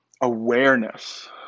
awareness